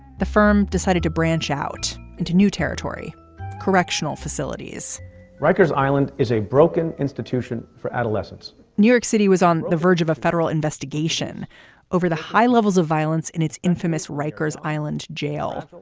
the firm decided to branch out into new territory correctional facilities rikers island is a broken institution for adolescents new york city was on the verge of a federal investigation over the high levels of violence in its infamous rikers island jail.